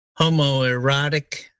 homoerotic